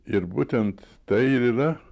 ir būtent tai ir yra